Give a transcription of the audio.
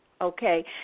Okay